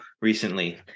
recently